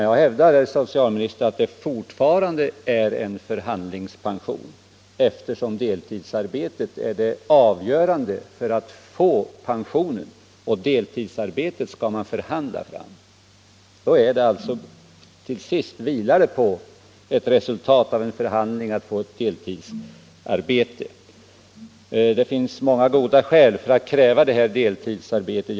Jag hävdar, herr socialminister, att det fortfarande är fråga om en förhandlingspension, eftersom deltidsarbetet är det avgörande för att få pensionen och eftersom man skall förhandla fram deltidsarbetet. Till sist vilar det då på resultatet av en förhandling om att få deltidspension. Det finns många goda skäl för att kräva deltidsarbete, anser socialministern.